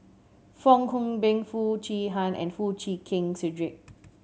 Fong Hoe Beng Foo Chee Han and Foo Chee Keng Cedric